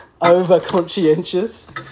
over-conscientious